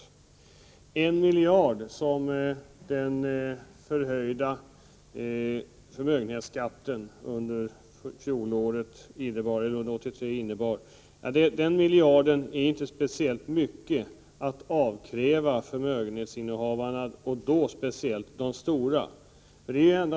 Den miljard som höjningen av beskattningen för 1983 års förmögenheter innebar är inte speciellt mycket att avkräva förmögenhetsinnehavarna, särskilt inte de stora förmögenhetsinnehavarna.